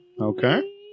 okay